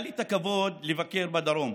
היה לי הכבוד לבקר בדרום